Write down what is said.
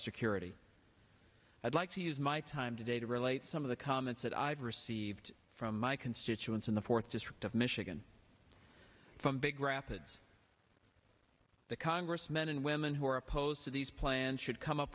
security i'd like to use my time today to relate some of the comments that i've received from my constituents in the fourth district of michigan from big rapids the congress men and women who are opposed to these plans should come up